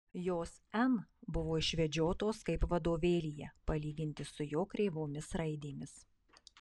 jos n buvo išvedžiotos kaip vadovėlyje palyginti su jo kreivomis raidėmis